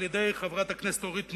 על-ידי חברת הכנסת אורית נוקד,